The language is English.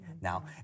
now